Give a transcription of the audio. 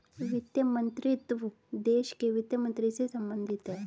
वित्त मंत्रीत्व देश के वित्त मंत्री से संबंधित है